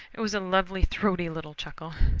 it was a lovely throaty little chuckle.